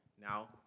Now